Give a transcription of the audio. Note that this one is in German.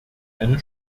eine